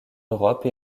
europe